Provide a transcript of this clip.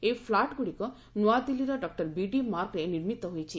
ଏହି ଫ୍ଲାଟଗୁଡ଼ିକ ନୂଆଦିଲ୍ଲୀର ଡକ୍ଟର ବିଡି ମାର୍ଗରେ ନିର୍ମିତ ହୋଇଛି